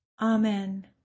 Amen